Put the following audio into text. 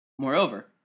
Moreover